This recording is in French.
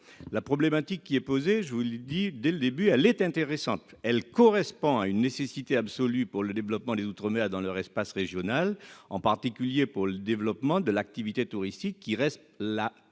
territoriale dans les outre-mer. Je l'ai dit dès le début, la problématique est intéressante. Elle correspond à une nécessité absolue pour le développement des outre-mer dans leur espace régional, en particulier pour le développement de l'activité touristique, qui reste,